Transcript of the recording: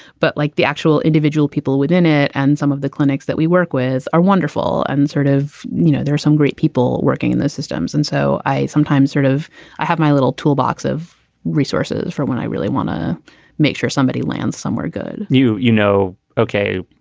but like the actual individual people within it and some of the clinics that we work with are wonderful and sort of, you know, there's some great people working in the systems. and so i sometimes sort of i have my little toolbox of resources for when i really want to make sure somebody lands somewhere good new, you know? okay.